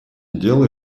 дело